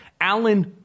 Alan